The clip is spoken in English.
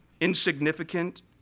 insignificant